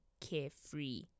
carefree